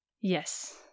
Yes